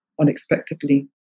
unexpectedly